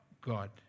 God